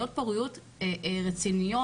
נשים באותו גיל יכולות להיות עם מצב רפואי שונה לחלוטין.